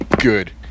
Good